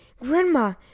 Grandma